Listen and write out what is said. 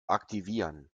aktivieren